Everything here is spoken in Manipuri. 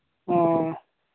ꯑꯣ